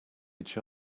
each